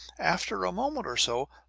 after a moment or so,